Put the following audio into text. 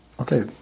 okay